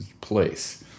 place